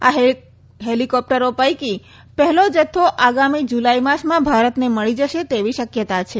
આ હેલીકોપ્ટર ઓપટરો પૈકીનું પહેલો જથ્થો આગામી જુલાઈ માસમાં ભારતને મળી જશે તેવી શકયતા છે